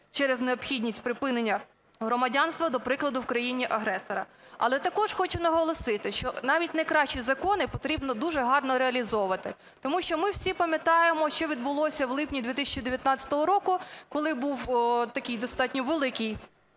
через необхідність припинення громадянства, до прикладу, в країні-агресора. Але також хочу наголосити, що навіть найкращі закони потрібно дуже гарно реалізовувати. Тому що ми всі пам'ятаємо, що відбулося в липні 2019 року, коли був такий достатньо великий